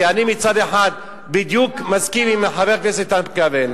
כי אני מצד אחד אני מסכים בדיוק עם חבר הכנסת איתן כבל,